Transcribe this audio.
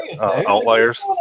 outliers